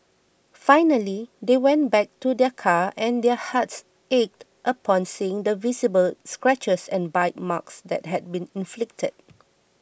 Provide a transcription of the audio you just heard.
finally they went back to their car and their hearts ached upon seeing the visible scratches and bite marks that had been inflicted